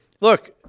look